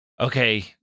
okay